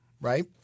right